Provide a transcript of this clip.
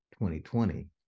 2020